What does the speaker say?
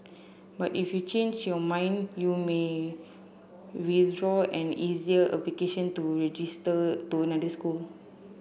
but if you change your mind you may withdraw an earlier application to register to school